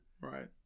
Right